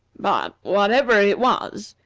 but, whatever it was,